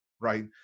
right